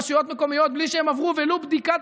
רשויות מקומיות בלי שהן עברו ולו בדיקת